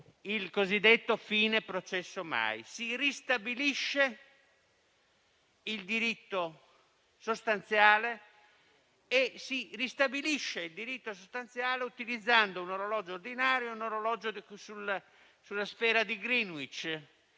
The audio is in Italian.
il cosiddetto fine processo mai. Si ristabilisce il diritto sostanziale e lo si fa utilizzando un orologio ordinario e un orologio sulla sfera di Greenwich